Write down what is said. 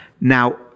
Now